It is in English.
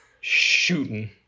shooting